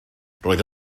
roedd